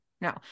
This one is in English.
No